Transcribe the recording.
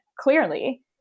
clearly